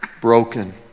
broken